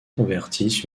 convertissent